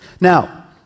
Now